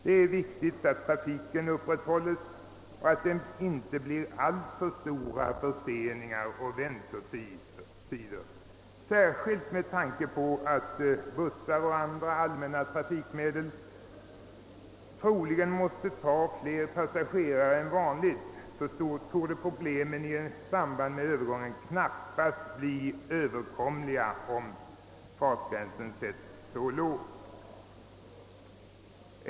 Det är viktigt att trafiken upprätthålles och att det inte blir alltför stora förseningar och långa väntetider. Särskilt méd tanke på att bussar och andra allmänna trafikmedel troligen måste ta fler passagerare än vanligt torde svårigheterna i samband med övergången knappast bli överkomliga om fartgränsen sätts så lågt som till 30 kilometer.